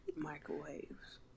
microwaves